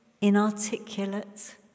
inarticulate